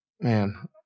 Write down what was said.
man